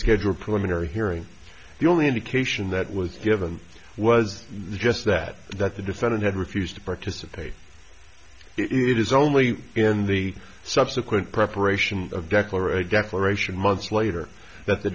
scheduled preliminary hearing the only indication that was given was just that that the defendant had refused to participate it is only in the subsequent preparation of declaration defamation months later that the